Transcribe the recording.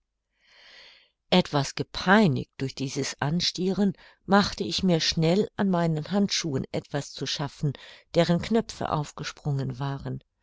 etwas gepeinigt durch dieses anstieren machte ich mir schnell an meinen handschuhen etwas zu schaffen deren knöpfe aufgesprungen waren